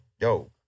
yo